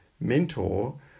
mentor